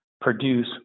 produce